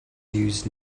use